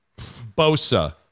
Bosa